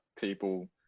people